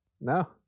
No